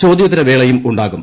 ചോദ്യോത്തര വേളയും ഉണ്ടാകും